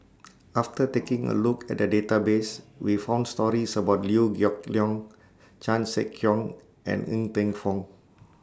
after taking A Look At The Database We found stories about Liew Geok Leong Chan Sek Keong and Ng Teng Fong